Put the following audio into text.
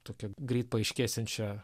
tokią greit paaiškėsiančią